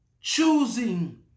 choosing